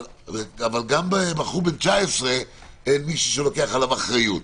גם בחור בן 19, אין מישהו שלוקח עליו אחריות.